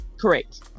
Correct